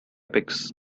picks